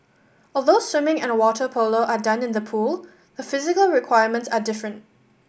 although swimming and water polo are done in the pool the physical requirements are different